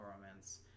Romance